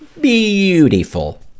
beautiful